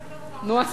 שכולם ישמעו.